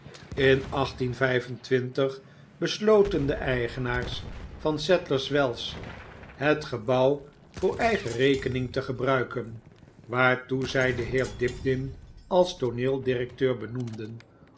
in besloten de eigenaars van sadlerswells het gebouw voor eigen rekening te gebruiken waartoe zij den heer dibdin als tooneeldirecteur benoemden